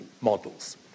models